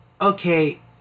okay